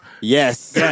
Yes